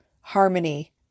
harmony